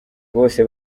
bose